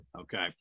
Okay